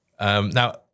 Now